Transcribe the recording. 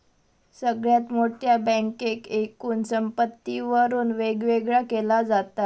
सगळ्यात मोठ्या बँकेक एकूण संपत्तीवरून वेगवेगळा केला जाता